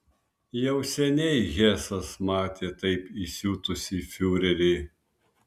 jau seniai hesas matė taip įsiutusį fiurerį